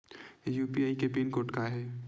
UPI के pin code का हे?